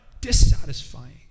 dissatisfying